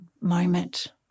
moment